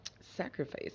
sacrifice